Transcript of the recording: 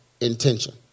intention